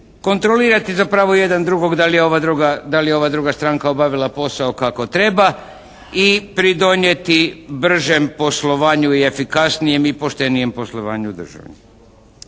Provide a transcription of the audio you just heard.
kontrolirati zapravo jedan drugog, da li je ova druga stranka obavila posao kako treba i pridonijeti bržem poslovanju i efikasnijem i poštenijem poslovanju države.